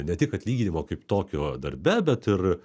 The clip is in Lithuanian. ne tik atlyginimo kaip tokio darbe bet ir